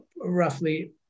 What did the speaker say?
roughly